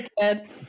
good